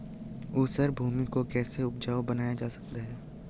ऊसर भूमि को कैसे उपजाऊ बनाया जा सकता है?